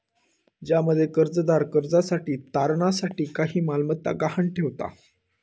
ज्यामध्ये कर्जदार कर्जासाठी तारणा साठी काही मालमत्ता गहाण ठेवता